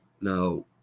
now